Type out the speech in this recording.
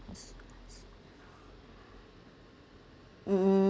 mm